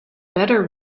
better